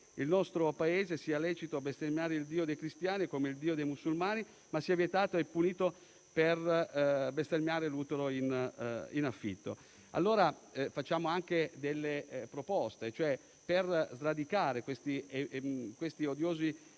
nel nostro Paese sia lecito bestemmiare il Dio dei cristiani come il Dio dei musulmani, ma sia vietato e punito bestemmiare l'utero in affitto. Allora facciamo anche delle proposte: per sradicare questi odiosi